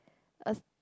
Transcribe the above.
a